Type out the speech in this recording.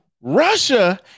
Russia